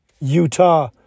Utah